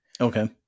okay